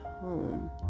home